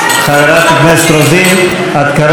חברת הכנסת רוזין, את כרגע מפריעה.